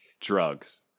drugs